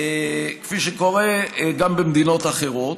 כפי שקורה גם במדינות אחרות.